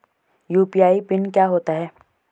UPI PIN क्या होता है?